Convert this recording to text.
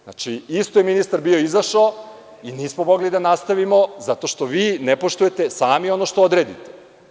Znači, isto je ministar bio izašao i nismo mogli da nastavimo zato što vi ne poštujete sami ono što odredite.